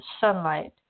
sunlight